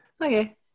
Okay